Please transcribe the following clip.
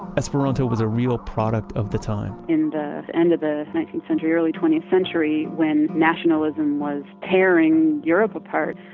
esperanto was a real product of the time in the end of the nineteenth century, early twentieth century, when nationalism was tearing europe apart,